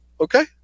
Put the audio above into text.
Okay